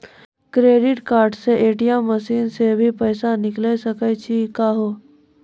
Credit card से ATM machine से भी पैसा निकल सकै छि का हो?